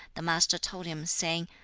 the master told him, saying,